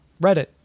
reddit